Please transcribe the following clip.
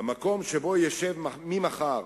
במקום שבו ישב ממחר